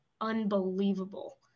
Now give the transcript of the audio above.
unbelievable